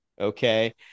Okay